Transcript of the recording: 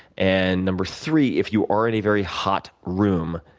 and number three, if you are in a very hot room,